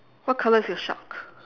what colour is your shark